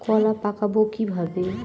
কলা পাকাবো কিভাবে?